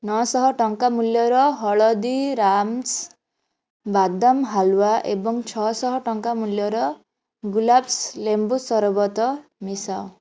ନଅଶହ ଟଙ୍କା ମୂଲ୍ୟର ହଳଦୀରାମସ୍ ବାଦାମ ହାଲୁଆ ଏବଂ ଛଅଶହ ଟଙ୍କା ମୂଲ୍ୟର ଗୁଲାବ୍ସ ଲେମ୍ବୁ ସରବତ ମିଶାଅ